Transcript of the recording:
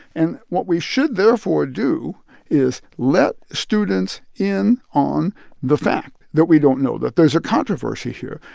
and what we should therefore do is let students in on the fact that we don't know, that there's a controversy here,